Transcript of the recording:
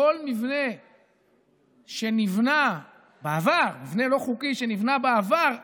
כל מבנה לא חוקי שנבנה בעבר,